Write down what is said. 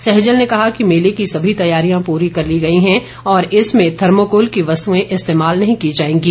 सहजल ने कहा कि मेले की सभी तैयारियां पूरी कर ली गई हैं और इसमें थर्मोकोल की वस्तुएं इस्तेमाल नहीं की जाएंगी